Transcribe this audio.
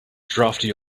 drafty